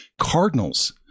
Cardinals